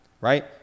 Right